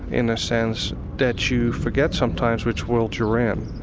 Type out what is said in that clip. in a sense, that you forget sometimes which world you're in.